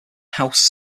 house